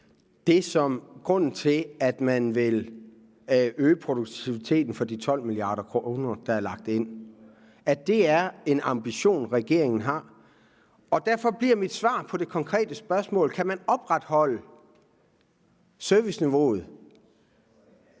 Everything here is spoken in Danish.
og grunden til, at man vil øge produktiviteten med de 12 mia. kr., der er lagt ind, er, at det er en ambition, regeringen har. Derfor bliver mit svar på det konkrete spørgsmål, om man kan opretholde serviceniveauet: